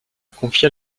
confia